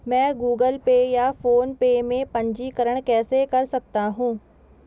मैं Google Pay या PhonePe में पंजीकरण कैसे कर सकता हूँ?